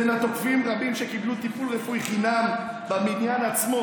בין התוקפים היו רבים שקיבלו טיפול רפואי חינם בבניין עצמו.